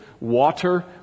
Water